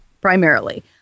primarily